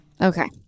Okay